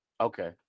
okay